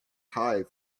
high